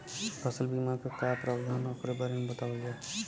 फसल बीमा क का प्रावधान हैं वोकरे बारे में बतावल जा?